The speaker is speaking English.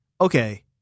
okay